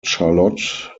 charlotte